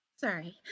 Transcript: Sorry